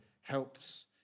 helps